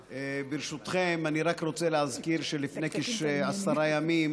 ברשותכם, אני רק רוצה להזכיר שלפני עשרה ימים